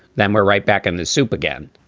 then we're right back in the soup again